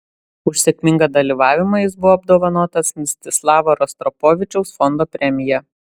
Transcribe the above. už sėkmingą dalyvavimą jis buvo apdovanotas mstislavo rostropovičiaus fondo premija